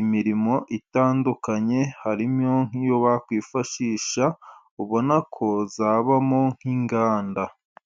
imirimo itandukanye, harimo nk'iyo bakwifashisha, ubona ko zabamo nk'inganda.